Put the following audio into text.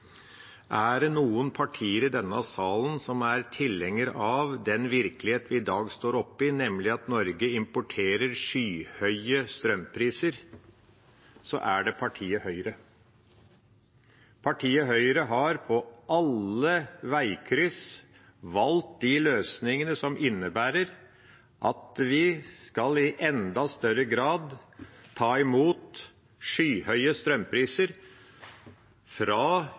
Er det noe parti i denne salen som er tilhenger av den virkelighet vi i dag står oppe i, nemlig at Norge importerer skyhøye strømpriser, er det partiet Høyre. Partiet Høyre har ved alle veikryss valgt de løsningene som innebærer at vi i enda større grad skal ta imot skyhøye strømpriser fra